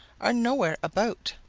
are nowhere about.